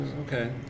okay